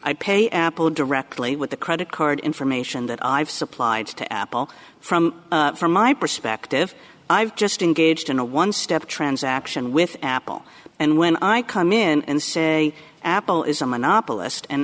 i pay apple directly with the credit card information that i've supplied to apple from from my perspective i've just engaged in a one step transaction with apple and when i come in and say apple is a monopolist and